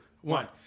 one